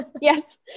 Yes